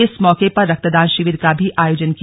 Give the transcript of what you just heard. इस मौके पर रक्तदान शिविर का भी आयोजन किया